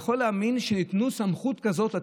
יכול להאמין שניתנה סמכות כזאת,